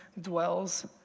dwells